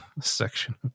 section